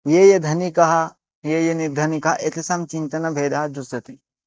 ये ये धनिकाः ये ये निर्धनिकाः एतेषां चिन्तनभेदः दृश्यते